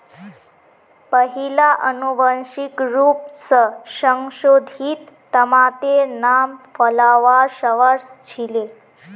पहिला अनुवांशिक रूप स संशोधित तमातेर नाम फ्लावर सवर छीले